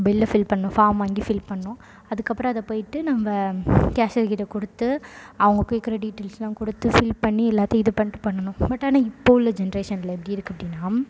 பில்லா fill பண்ணும் form வாங்கி fill பண்ணும் அதுக்கு அப்புறம் அதை போய்விட்டு நம்ம கேஷியர் கிட்டே கொடுத்து அவங்க போய் கிரடிட் டிடெயல்ஸ்செல்லாம் கொடுத்து ஃபீட் பண்ணி எல்லாத்தையும் இது பண்ணிட்டு பண்ணணும் பட் ஆனால் இப்போ உள்ள ஜென்ரேஷனில் எப்படி இருக்குது அப்படினா